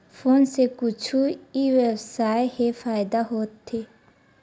Phone से कुछु ई व्यवसाय हे फ़ायदा होथे?